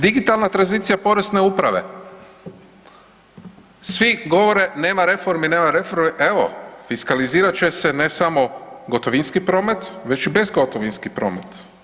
Digitalna tranzicija Porezne uprave, svi govore, nema reformi, nema reformi, evo, fiskalizirati će se, ne samo gotovinski promet, već i bezgotovinski promet.